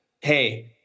Hey